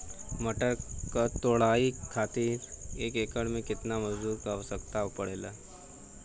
मटर क तोड़ाई खातीर एक एकड़ में कितना मजदूर क आवश्यकता पड़ेला?